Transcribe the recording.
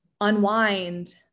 unwind